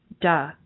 Duh